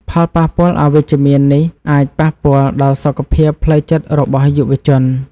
ផលប៉ះពាល់អវិជ្ជមាននេះអាចប៉ះពាល់ដល់សុខភាពផ្លូវចិត្តរបស់យុវជន។